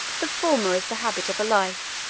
the former is the habit of a life,